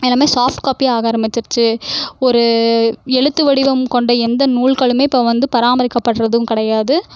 எல்லாமே சாஃப்ட் காப்பியாக ஆக ஆரம்பிச்சுடுச்சி ஒரு எழுத்து வடிவம் கொண்ட எந்த நூல்களுமே இப்போ வந்து பராமரிக்கப்படுகிறதும் கிடையாது